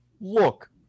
look